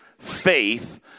faith